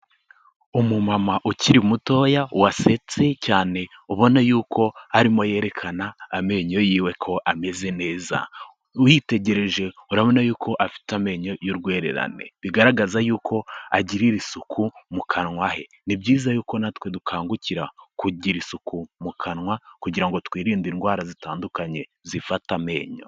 Umumama ukiri mutoya, wasetse cyane, ubona yuko arimo yerekana amenyo y'iwe ko ameze neza. Uyitegereje urabona yuko afite amenyo y'urwererane. Bigaragaza yuko agirira isuku mu kanwa he. Ni byiza yuko natwe dukangukira kugira isuku mu kanwa, kugira ngo twirinde indwara zitandukanye, zifata amenyo.